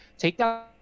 takedown